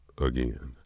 again